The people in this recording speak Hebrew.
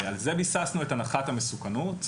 על זה ביססנו את הנחת המסוכנות.